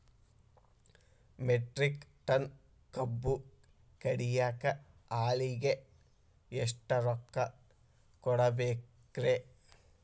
Metric tonne ಕಬ್ಬು ಕಡಿಯಾಕ ಆಳಿಗೆ ಎಷ್ಟ ರೊಕ್ಕ ಕೊಡಬೇಕ್ರೇ?